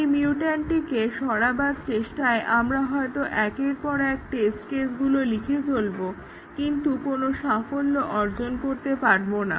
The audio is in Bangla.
এই মিউট্যান্টটিকে সরাবার চেষ্টায় আমরা হয়তো একের পর এক টেস্ট কেসগুলো লিখে চলব কিন্তু কোনো সাফল্য অর্জন করতে পারব না